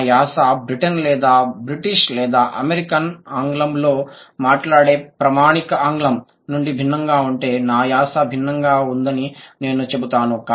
నా యాస బ్రిటన్ లేదా బ్రిటీష్ లేదా అమెరికన్ ఆంగ్లంలో మాట్లాడే ప్రామాణిక ఆంగ్లం నుండి భిన్నంగా ఉంటే నా యాస భిన్నంగా ఉందని నేను చెబుతాను